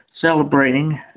celebrating